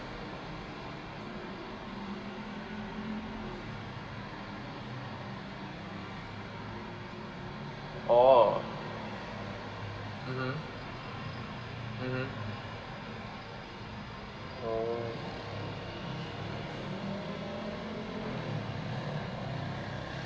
orh (uh huh) (uh huh) oh